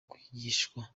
kwigishwa